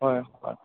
হয় হয়